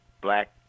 black